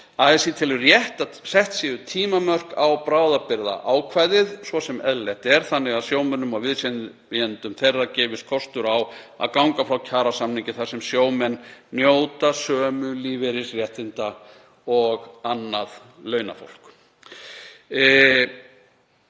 12%. Framsýn telur rétt að sett séu tímamörk á bráðabirgðaákvæðið, svo sem eðlilegt er, þannig að sjómönnum og viðsemjendum þeirra gefist kost á að ganga frá kjarasamningi þar sem sjómenn njóta sömu lífeyrisréttinda og annað launafólk.“